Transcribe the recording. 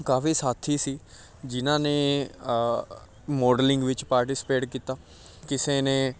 ਕਾਫੀ ਸਾਥੀ ਸੀ ਜਿਨ੍ਹਾਂ ਨੇ ਮੋਡਲਿੰਗ ਵਿੱਚ ਪਾਰਟੀਸਪੇਟ ਕੀਤਾ ਕਿਸੇ ਨੇ